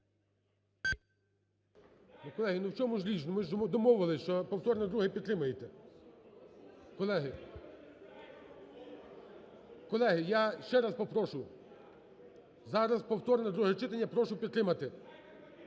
колеги, я ще раз попрошу, зараз повторне друге читання, я прошу підтримати.